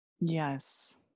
Yes